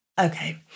Okay